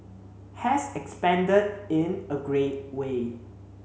has expanded in a great way